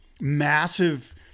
massive